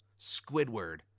Squidward